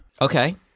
Okay